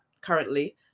currently